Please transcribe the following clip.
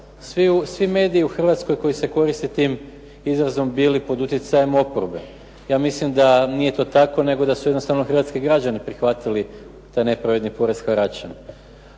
svi mediji u Hrvatskoj koji se koriste tim izrazom bili pod utjecajem oporbe. Ja mislim da nije to tako, nego da su jednostavno hrvatski građani prihvatili taj nepravedni porez harača.